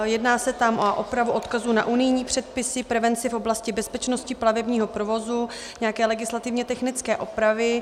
Jedná se tam o opravu odkazu na unijní předpisy, prevenci v oblasti bezpečnosti plavebního provozu, nějaké legislativně technické opravy.